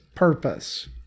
Purpose